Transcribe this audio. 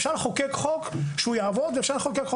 אפשר לחוקק חוק שיעבוד ואפשר לחוקק חוק